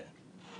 כן.